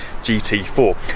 gt4